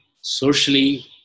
socially